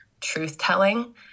truth-telling